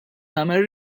nagħmel